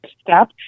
step